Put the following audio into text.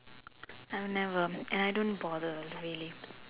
I will never and I don't bother really